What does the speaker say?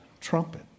trumpet